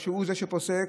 שהוא שפוסק,